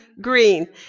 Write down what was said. green